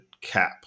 cap